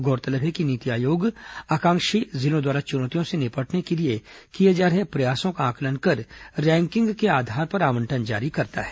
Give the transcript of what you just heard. गौरतलब है कि नीति आयोग आकांक्षी जिलों द्वारा चुनौतियों से निपटने के लिए किए जा रहे प्रयासों का आंकलन कर रैंकिंग के आधार पर आवंटन जारी करता है